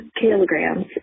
kilograms